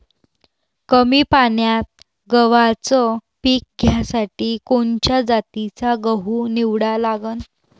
कमी पान्यात गव्हाचं पीक घ्यासाठी कोनच्या जातीचा गहू निवडा लागन?